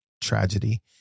tragedy